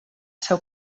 ser